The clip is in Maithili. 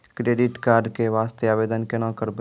क्रेडिट कार्ड के वास्ते आवेदन केना करबै?